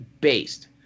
based